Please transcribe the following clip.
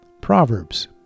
Proverbs